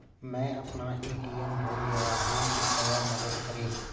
मैं अपना ए.टी.एम भूल गया हूँ, कृपया मदद करें